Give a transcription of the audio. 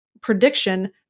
prediction